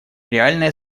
реальной